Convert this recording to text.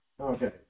Okay